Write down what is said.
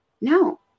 No